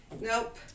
Nope